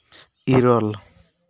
ᱤᱨᱟᱹᱞ